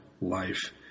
life